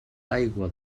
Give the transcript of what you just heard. aigua